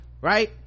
right